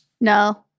No